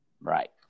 Right